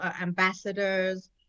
ambassadors